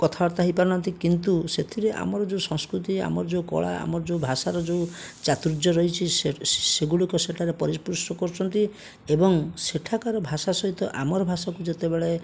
କଥାବାର୍ତ୍ତା ହୋଇପାରୁ ନାହାନ୍ତି କିନ୍ତୁ ସେଥିରେ ଆମର ଯେଉଁ ସଂସ୍କୃତି ଆମର ଯେଉଁ କଳା ଆମର ଯେଉଁ ଭାଷାର ଯେଉଁ ଚାତୁର୍ଯ୍ୟ ରହିଛି ସେ ସେଗୁଡ଼ିକ ସେଠାରେ ପରିପୃଷ୍ଠ କରୁଛନ୍ତି ଏବଂ ସେଠାକାର ଭାଷା ସହିତ ଆମର ଭାଷାକୁ ଯେତେବେଳେ